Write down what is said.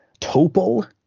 Topol